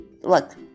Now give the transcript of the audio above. look